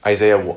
Isaiah